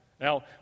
Now